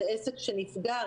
זה עסק שנפגע,